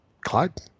Clyde